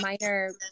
minor